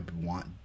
want